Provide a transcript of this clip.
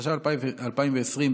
התש"ף 2020,